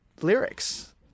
lyrics